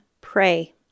Pray